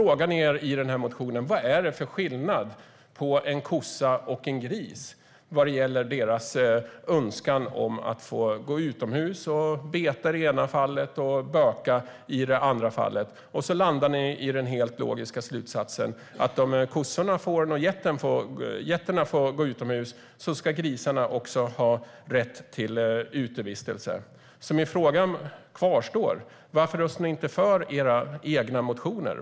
Sedan frågar ni er i motionen: Vad är det för skillnad på en kossa och en gris vad gäller önskan att få gå utomhus och beta i det ena fallet och böka i det andra fallet? Och så landar ni i den helt logiska slutsatsen att om kossorna, fåren och getterna får gå utomhus ska grisarna också ha den rätten. Min fråga kvarstår alltså: Varför röstar ni inte för era egna motioner?